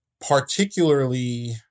particularly